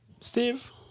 Steve